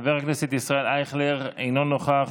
חבר הכנסת ישראל אייכלר, אינו נוכח,